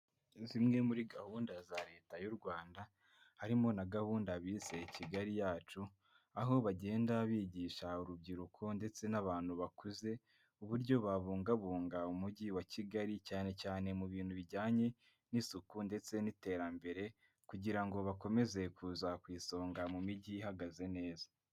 Zimwe muri gahunda za leta y'u Rwanda harimo na gahunda bise Kigali yacu aho bagenda bigisha urubyiruko ndetse n'abantu bakuze, uburyo babungabunga umujyi wa Kigali cyane cyane mu bintu bijyanye n'isuku ndetse n'iterambere kugira ngo bakomeze kuza ku isonga mu mijyi ihagaze neza.